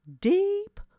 deep